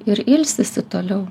ir ilsisi toliau